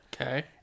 Okay